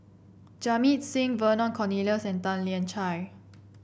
Jamit Singh Vernon Cornelius and Tan Lian Chye